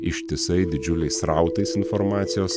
ištisai didžiuliais srautais informacijos